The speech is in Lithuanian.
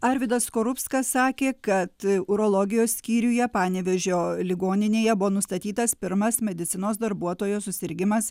arvydas skorupskas sakė kad urologijos skyriuje panevėžio ligoninėje buvo nustatytas pirmas medicinos darbuotojo susirgimas